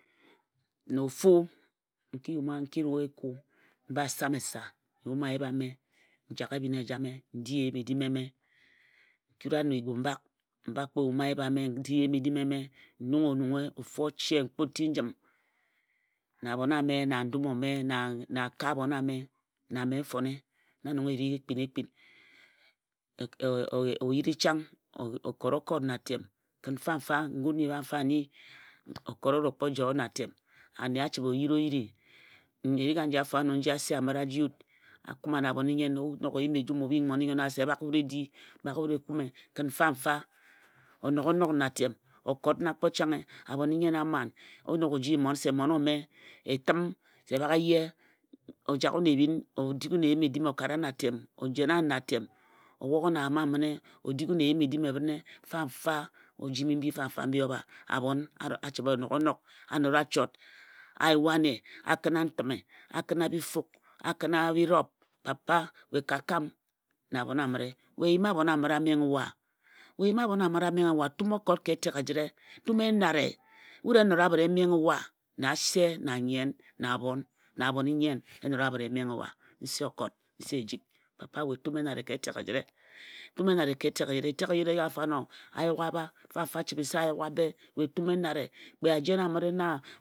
Na ofu n ki rue eku, n same esa n yume ayip ame, n jak ebhin ejame n di eyim-edim eme. N kura na egu m ba kpo yume ayip ame n di eyim-edim eme n nunghe, ofu oche n kpo ti njim na abhon ame na ndum ome na akae abhon ame na mme nfone na nong e ri e kpina ekpin oyiri chang okot okot na atem, ki fanfa Ngun nyi fanfa nyi okot o ro kpo joe na atem ane a chibhe oyiri oyiri. Erik anji afo ano nji ase amire a ji wut a kuma na abhon-i-nnyen, o nok o yim ejum o bhing mmon-i-nnyen, o nok o yim ejum o bhing mmon-i-nnyen owa se bak wut e di, bak wut e kume kin fanfa onok onok ka atem okot na kpo changhe. Abhon-i-nnyen a man o nok o ji mmon se mmon ome etim se bak e ye, o jak wun ebhin o dik wun eyim-edim o kara wun atem o jena wun na atem o wok wun aǝm amine, odik wun eyim-edim ebhine fanfa ojimi mbi fanfa mbi o bha abhon a chibhe onok onok a nora a chot, a yua ane, a kina ntime a kina. Bifuk, a kina birop papa we ka kam na abhon amire, yim abhon amire a menghe wa, we yim abhon amire a menghe wa, tam okot ka etek ejire, tum enare. Wut e nora bit e meng he wa na ase na anyen na abhon na abhon-i-nnyen e nara bit e menghe wa. Nse okot Nse ejik, papa we tum enare ka etek ejire. Etek ejire e kama se ayuk a'bha mfamfa e chibhe a yuk a be.